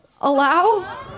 allow